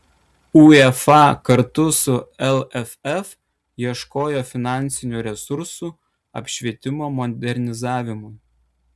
uefa kartu su lff ieškojo finansinių resursų apšvietimo modernizavimui